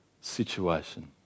situation